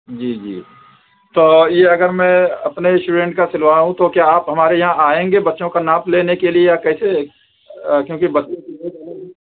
جی جی تو یہ اگر میں اپنے اسٹوڈنٹ کا سلواؤں تو کیا آپ ہمارے یہاں آئیں گے بچوں کا ناپ لینے کے لئے یا کیسے کیونکہ